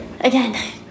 again